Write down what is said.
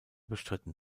bestritten